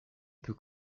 peut